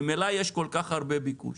ממילא יש כל כך הרבה ביקוש.